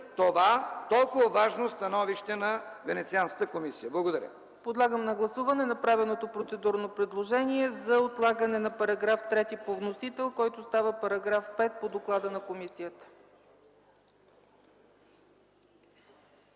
това толкова важно становище на Венецианската комисия. Благодаря.